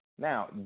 Now